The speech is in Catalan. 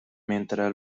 mentre